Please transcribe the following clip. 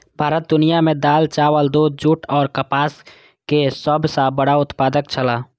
भारत दुनिया में दाल, चावल, दूध, जूट और कपास के सब सॉ बड़ा उत्पादक छला